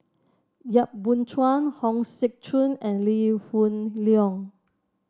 Yap Boon Chuan Hong Sek Chern and Lee Hoon Leong